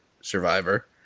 survivor